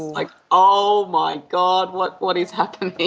like, oh my god, what what is happening!